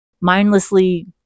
mindlessly